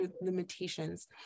limitations